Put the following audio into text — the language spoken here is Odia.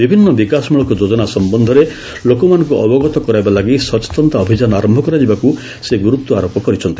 ବିଭିନ୍ନ ବିକାଶମ୍ରଳକ ଯୋଜନା ସମ୍ଭନ୍ଧରେ ଲୋକମାନଙ୍କୁ ଅବଗତ କରାଇବା ଲାଗି ସଚେତନତା ଅଭିଯାନ ଆରମ୍ଭ କରାଯିବାକୁ ସେ ଗୁରୁତ୍ୱ ଆରୋପ କରିଛନ୍ତି